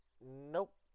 Nope